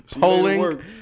polling